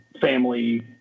family